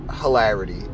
hilarity